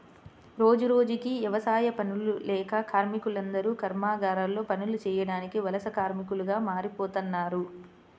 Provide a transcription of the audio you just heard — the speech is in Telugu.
రోజురోజుకీ యవసాయ పనులు లేక కార్మికులందరూ కర్మాగారాల్లో పనులు చేయడానికి వలస కార్మికులుగా మారిపోతన్నారు